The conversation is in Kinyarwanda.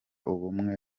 ubumwe